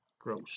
gross